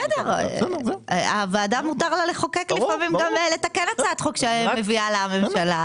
לפעמים מותר לוועדה לתקן הצעת חוק שמביאה לה הממשלה,